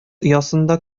оясында